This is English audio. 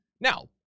Now